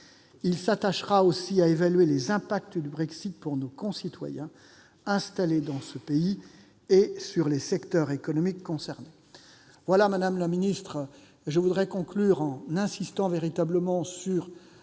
Il s'attachera aussi à évaluer les impacts du Brexit sur nos concitoyens installés dans ce pays et sur les secteurs économiques intéressés. Madame la ministre, je voudrais conclure en insistant sur l'attitude